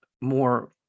more